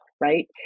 right